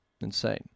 insane